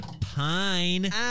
pine